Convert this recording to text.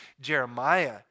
Jeremiah